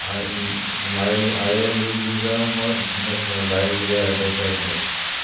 आ आ यल I L league ज मोस्ट भायल प्लेयर हाट चड हेताय